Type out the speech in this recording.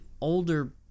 older